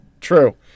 true